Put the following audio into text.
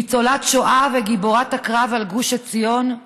ניצולת שואה וגיבורת הקרב על גוש עציון?